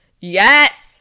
Yes